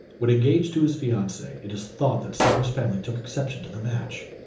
when engaged to his fiancee, it is thought that sarah's family took exception to the match,